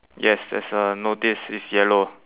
yes there's a notice it's yellow